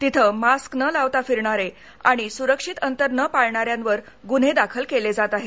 तिथे मास्क नं लावता फिरणारे आणि सुरक्षित अंतर नं पाळणाऱ्यांवर गुन्हे दाखल केले जात आहेत